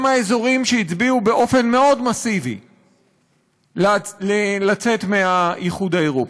הם האזורים שהצביעו באופן מאוד מסיבי לצאת מהאיחוד האירופי.